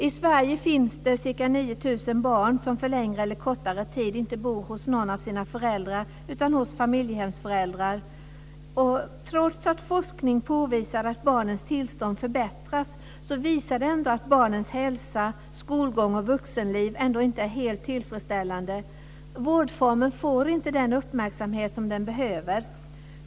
I Sverige finns ca 9 000 barn som för längre eller kortare tid inte bor hos någon av sina föräldrar utan hos familjehemsföräldrar. Trots att forskning påvisar att barnens tillstånd förbättras visar den ändå att barnens hälsa, skolgång och vuxenliv inte är helt tillfredsställande. Vårdformen får inte den uppmärksamhet som den behöver.